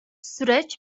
süreç